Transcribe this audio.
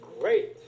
great